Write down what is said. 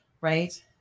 right